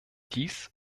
dies